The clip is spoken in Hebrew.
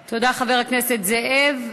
תודה, חבר הכנסת זאב.